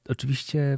Oczywiście